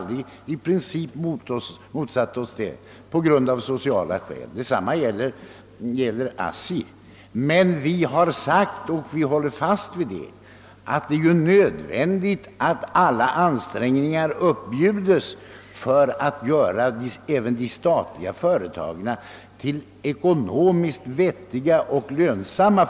Detsamma gäller ASSI. Vi har emellertid sagt — och det håller vi fast vid — att det är nödvändigt att alla ansträngningar sätts in på att göra även statliga företag ekonomiskt vettiga och lönsamma.